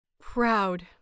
Proud